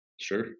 Sure